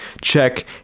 Check